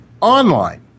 online